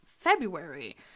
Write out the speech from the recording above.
February